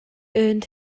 earned